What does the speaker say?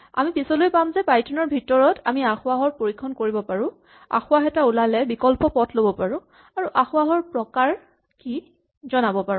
আমি পিছলৈ পাম যে পাইথন ৰ ভিতৰত আমি আসোঁৱাহৰ পৰীক্ষণ কৰিব পাৰো আসোঁৱাহ এটা ওলালে বিকল্প পথ ল'ব পাৰো আৰু আসোঁৱাহৰ প্ৰকাৰ কি জনাব পাৰো